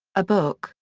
a book,